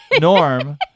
Norm